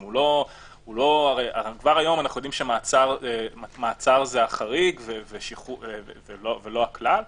הרי כבר היום אנחנו יודעים שמעצר זה החריג ולא הכלל,